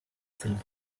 filled